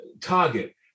target